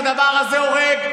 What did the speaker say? אתה לא מבין שהדבר הזה הורג?